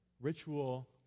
ritual